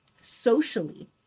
socially